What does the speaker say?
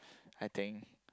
I think